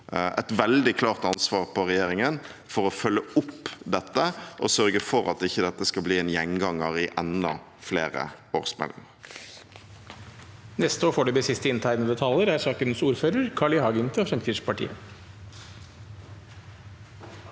et veldig klart ansvar på regjeringen for å følge opp dette og sørge for at dette ikke skal bli en gjenganger i enda flere årsmeldinger.